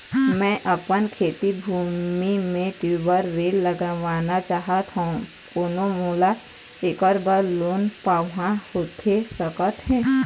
मैं अपन खेती भूमि म ट्यूबवेल लगवाना चाहत हाव, कोन मोला ऐकर बर लोन पाहां होथे सकत हे?